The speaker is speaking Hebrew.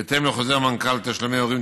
בהתאם לחוזר מנכ"ל: תשלומי הורים,